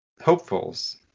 hopefuls